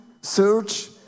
search